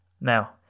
Now